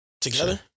together